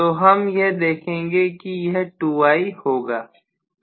तो हम यह देखेंगे कि यह 2I होगा